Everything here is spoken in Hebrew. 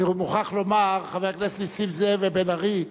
אני מוכרח לומר, חברי הכנסת נסים זאב ובן-ארי,